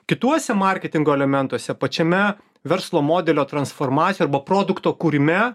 kituose marketingo elementuose pačiame verslo modelio transformacijoj arba produkto kūrime